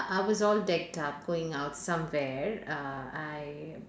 I was all decked up going out somewhere uh I